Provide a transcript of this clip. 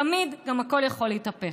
תמיד גם הכול יכול להתהפך.